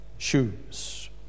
shoes